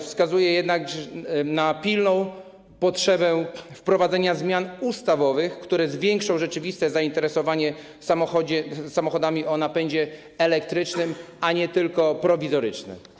Wskazuje jednak na pilną potrzebę wprowadzenia zmian ustawowych, które zwiększą rzeczywiste zainteresowane samochodami o napędzie elektrycznym, a nie tylko prowizorycznym.